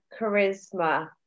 charisma